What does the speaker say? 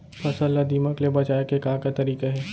फसल ला दीमक ले बचाये के का का तरीका हे?